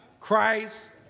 Christ